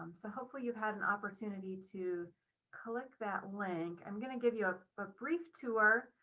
so hopefully, you've had an opportunity to click that link, i'm going to give you a but brief tour.